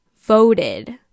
voted